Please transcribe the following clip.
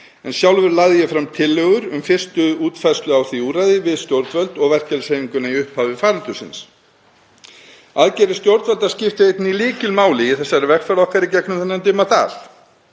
Sjálfur lagði ég fram tillögur um fyrstu útfærslu á því úrræði við stjórnvöld og verkalýðshreyfinguna í upphafi faraldursins. Aðgerðir stjórnvalda skiptu einnig lykilmáli í vegferð okkar í gegnum þennan dimma dal.